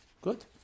Good